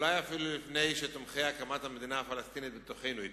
אולי אפילו לפני שתומכי הקמת המדינה הפלסטינית בתוכנו יתפכחו.